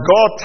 God